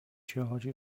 charge